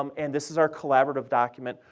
um and this is our collaborative document.